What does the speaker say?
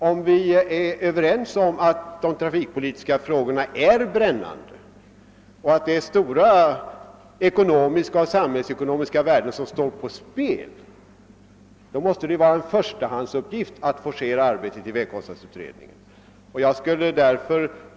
| Om vi är överens om att de trafikpolitiska frågorna är brännande och att det är stora ekonomiska och samhällsekonomiska värden som står på spel, måste det vara en förstahandsuppgift att forcera arbetet i vägkostnadsutredningen.